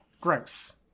gross